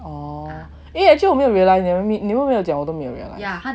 oh actually 我没有 realise 你们没有讲我都没有 realise